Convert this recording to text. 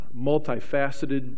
multifaceted